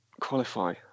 qualify